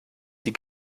die